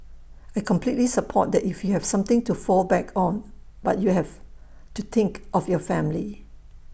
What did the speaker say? I completely support that if you have something to fall back on but you have to think of your family